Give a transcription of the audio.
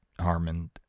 Harmon